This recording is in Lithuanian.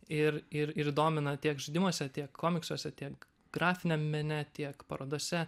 ir ir ir domina tiek žaidimuose tiek komiksuose tiek grafiniam mene tiek parodose